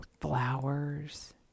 flowers